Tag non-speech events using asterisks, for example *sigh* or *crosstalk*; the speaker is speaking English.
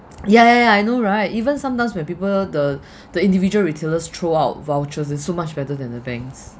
ya ya ya I know right even sometimes when people the *breath* the individual retailers throw out vouchers that's so much better than the bank's